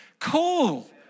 cool